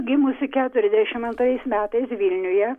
gimusi keturiasdešimt antrais metais vilniuje